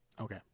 Okay